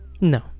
No